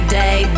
day